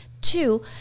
two